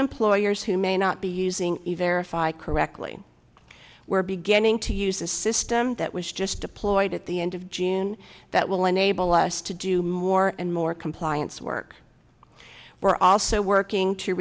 employers who may not be using a verifiable correctly we're beginning to use the system that was just deployed at the end of june that will enable us to do more and more compliance work we're also working to